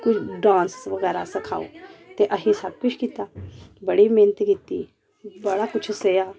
कोई डांस बगैरा सखाओ ते अहें सब कुछ कीता बड़ी मेहनत कीती बड़ा कुछ सेहा